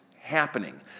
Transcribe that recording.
happening